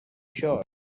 sure